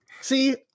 see